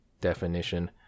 definition